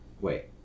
Wait